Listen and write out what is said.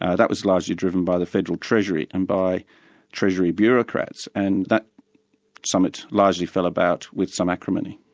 ah that was largely driven by the federal treasury and by treasury bureaucrats and that summit largely fell about with some acrimony.